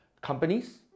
companies